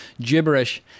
gibberish